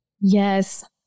Yes